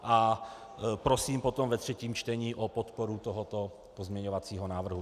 A prosím potom ve třetím čtení o podporu tohoto pozměňovacího návrhu.